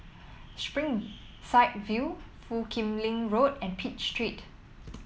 Springside View Foo Kim Lin Road and Pitt Street